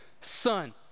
son